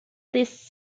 this